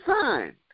signed